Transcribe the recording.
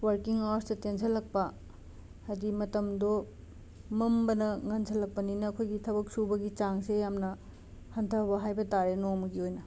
working ꯑꯋꯥꯔꯁꯇ ꯇꯦꯟꯓꯜꯂꯛꯄ ꯍꯥꯏꯗꯤ ꯃꯇꯝꯗꯣ ꯃꯝꯕꯅ ꯉꯟꯓꯜꯂꯛꯄꯅꯤꯅ ꯑꯩꯈꯣꯏꯒꯤ ꯊꯕꯛ ꯁꯨꯕꯒꯤ ꯆꯥꯡꯁꯦ ꯌꯥꯝꯅ ꯍꯟꯊꯕ ꯍꯥꯏꯕ ꯇꯥꯔꯦ ꯅꯣꯡꯃꯒꯤ ꯑꯣꯏꯅ